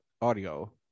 audio